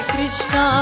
Krishna